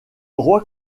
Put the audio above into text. roi